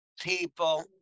people